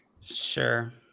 Sure